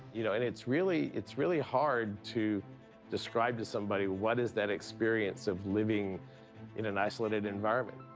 you know, and it's really it's really hard to describe to somebody what is that experience of living in an isolated environment.